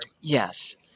Yes